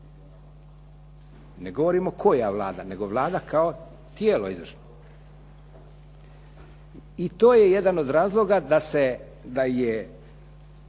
Ne govorimo koja Vlada, nego Vlada kao tijelo izvršno. I to je jedan razloga da je